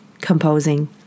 composing